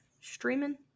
streaming